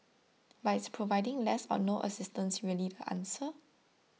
but is providing less but no assistance really the answer